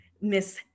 Miss